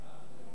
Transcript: סעיף 23,